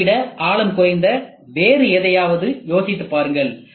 கோப்பையை விட ஆழம் குறைந்த வேறு எதையாவது யோசித்துப் பாருங்கள்